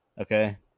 okay